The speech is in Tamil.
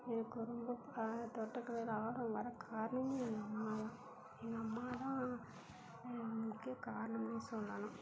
எனக்கு ரொம்ப தோட்டக்கலையில் ஆர்வம் வர காரணமும் எங்கள் அம்மா தான் எங்கள் அம்மா தான் அதுக்கே காரணம்னு சொல்லலாம்